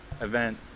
event